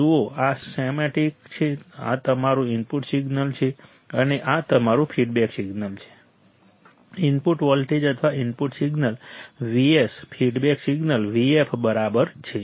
જુઓ આ સ્કેમેટિક છે આ તમારું ઇનપુટ સિગ્નલ છે અને આ તમારું ફીડબેક સિગ્નલ ઇનપુટ વોલ્ટેજ અથવા input signal Vs feedback signal Vf બરાબર છે